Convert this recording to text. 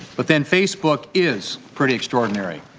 but then facebook is pretty extraordinary.